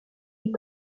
est